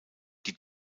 die